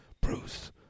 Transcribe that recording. Bruce